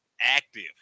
active